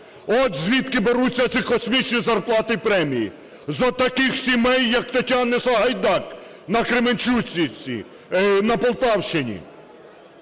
От звідки беруться ці космічні зарплати і премії. З отаких сімей як Тетяни Сагайдак на Полтавщині.